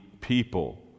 people